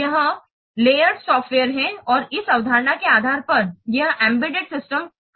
यह स्तरित सॉफ्टवेयर है और इस अवधारणा के आधार पर यह एम्बेडेड सिस्टम काम करता है